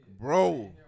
Bro